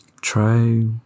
try